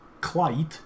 Clyde